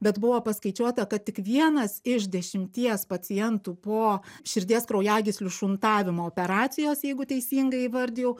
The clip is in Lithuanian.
bet buvo paskaičiuota kad tik vienas iš dešimties pacientų po širdies kraujagyslių šuntavimo operacijos jeigu teisingai įvardijau